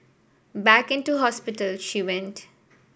back into hospital she went